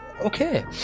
okay